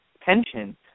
pension